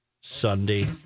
Sunday